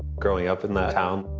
growing up in that town,